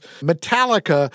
Metallica